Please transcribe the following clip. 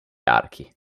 archi